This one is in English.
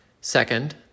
second